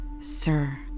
sir